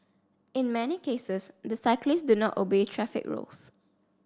in many cases the cyclists do not obey traffic rules